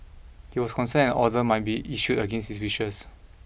he was concerned an order might be issued against his wishes